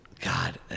God